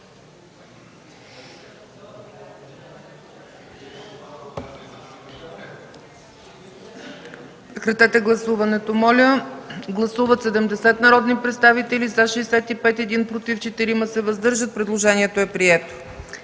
Предложението е прието.